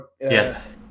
Yes